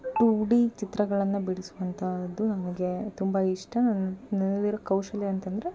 to D ಚಿತ್ರಗಳನ್ನು ಬಿಡಿಸುವಂತದ್ದು ನನಗೆ ತುಂಬ ಇಷ್ಟ ನನ್ನ ನನ್ನಲ್ಲಿರುವ ಕೌಶಲ್ಯ ಅಂತಂದರೆ